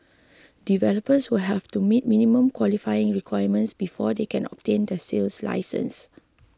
developers will have to meet minimum qualifying requirements before they can obtain the sales licence